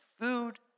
food